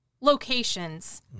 locations